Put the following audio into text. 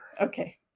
okay